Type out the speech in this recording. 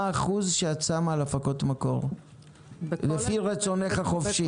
האחוז שאת משקיעה בהפקות מקור לפי רצונך החופשי?